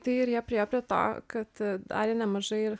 tai ir jie priėjo prie to kad darė nemažai ir